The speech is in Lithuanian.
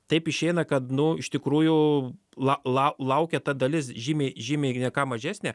taip išeina kad nu iš tikrųjų la la laukia ta dalis žymiai žymiai ne ką mažesnė